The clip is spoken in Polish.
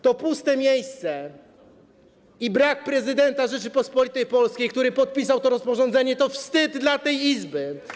To puste miejsce i brak prezydenta Rzeczypospolitej Polskiej, który podpisał to rozporządzenie, to wstyd dla tej Izby.